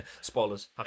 Spoilers